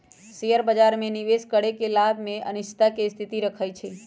share बाजार में निवेश करे पर लाभ में अनिश्चितता के स्थिति रहइ छइ